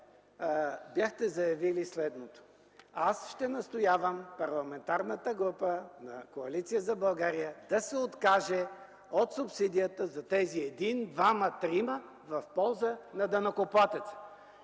бяхте заявили следното: аз ще настоявам Парламентарната група на Коалиция за България да се откаже от субсидията за тези един, двама, трима в полза на данъкоплатеца.